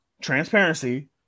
transparency